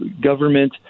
government –